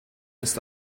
ist